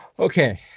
Okay